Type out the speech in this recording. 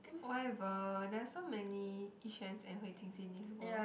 whatever there are so many Yi-Xuans and Hui-Tings in this world